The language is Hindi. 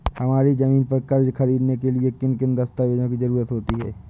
हमारी ज़मीन पर कर्ज ख़रीदने के लिए किन किन दस्तावेजों की जरूरत होती है?